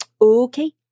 okay